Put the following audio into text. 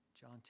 John